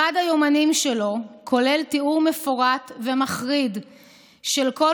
אחד היומנים שלו כולל תיאור מפורט ומחריד של כל